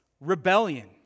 rebellion